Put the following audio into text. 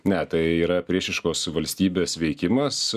ne tai yra priešiškos valstybės veikimas